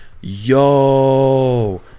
yo